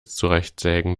zurechtsägen